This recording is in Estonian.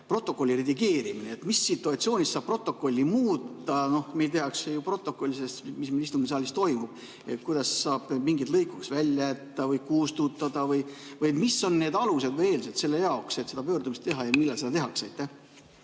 protokolli redigeerimine. Mis situatsioonis saab protokolli muuta? Meil tehakse ju protokoll sellest, mis meil istungisaalis toimub. Kuidas saab mingid lõigud välja jätta või kustutada? Mis on need alused või eeldused selle jaoks, et seda pöördumist teha ja millal seda tehakse?